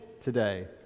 today